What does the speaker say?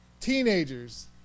teenagers